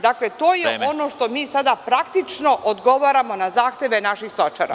Dakle, to je ono što mi sada praktično odgovaramo na zahteve naših stočara.